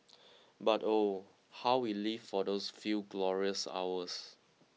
but oh how we lived for those few glorious hours